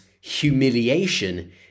humiliation